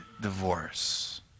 divorce